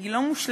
היא לא מושלמת,